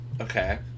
Okay